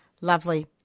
Lovely